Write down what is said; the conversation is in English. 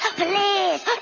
please